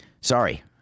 Sorry